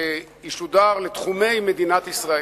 שישודר לתחומי מדינת ישראל,